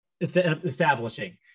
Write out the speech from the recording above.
establishing